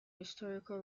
historical